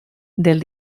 del